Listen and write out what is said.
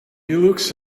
looks